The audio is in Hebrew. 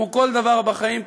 כמו כל דבר בחיים,